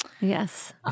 Yes